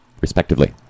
respectively